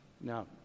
Now